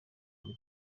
kuri